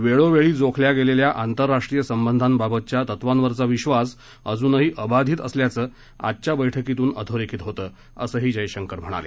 वेळोवेळी जोखल्या गेलेल्या आंतरराष्ट्रीय संबधांबाबतच्या तत्वांवरचा विश्वास अजुनही अबाधित असल्याचं आजच्या बैठकीतून अधोरेखित होतं असही जयशंकर म्हणाले